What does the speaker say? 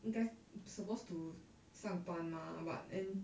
应该 supposed to 上班吗 but then